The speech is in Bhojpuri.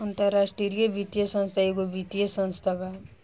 अन्तराष्ट्रिय वित्तीय संस्था एगो वित्तीय संस्था बा